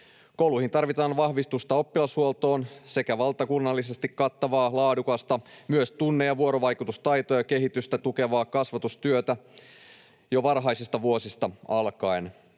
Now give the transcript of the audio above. Kouluihin tarvitaan vahvistusta oppilashuoltoon sekä valtakunnallisesti kattavaa laadukasta, myös tunne‑ ja vuorovaikutustaitoja ja kehitystä tukevaa kasvatustyötä jo varhaisista vuosista alkaen.